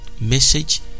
message